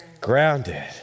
grounded